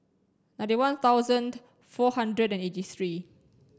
ninety one thousand four hundred and eighty three